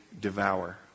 devour